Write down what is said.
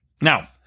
Now